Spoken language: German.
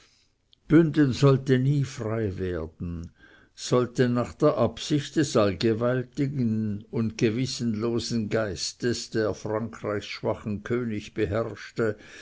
bünden sollte nie frei werden sollte nach der absicht des allgewaltigen und gewissenlosen geistes der frankreichs schwachen könig beherrschte